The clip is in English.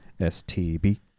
STB